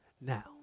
now